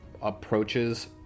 approaches